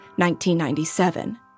1997